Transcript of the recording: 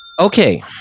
Okay